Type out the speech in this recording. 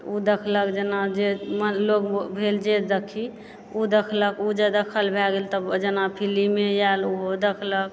ओ देखलक जेना जे लोग भेल जे देखी ओ देखलक ओ जब देखल भए गेल जेना कि फिलिमे यऽओहो देखलक